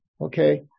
Okay